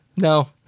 no